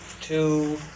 two